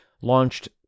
launched